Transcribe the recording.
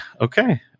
okay